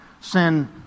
Sin